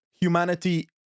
humanity